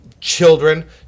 children